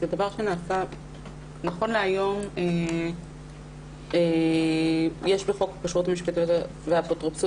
נכון להיום יש בחוק הכשרות המשפטית והאפוטרופסות